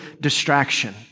distraction